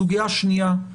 סוגיה שנייה,